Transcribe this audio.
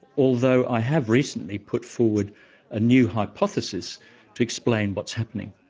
although i have recently put forward a new hypothesis to explain what's happening.